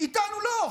איתנו לא.